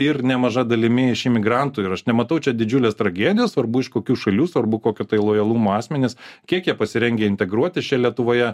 ir nemaža dalimi iš imigrantų ir aš nematau čia didžiulės tragedijos svarbu iš kokių šalių svarbu kokio tai lojalumo asmenys kiek jie pasirengę integruotis čia lietuvoje